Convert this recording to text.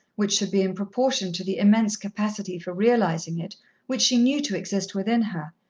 which should be in proportion to the immense capacity for realizing it which she knew to exist within her,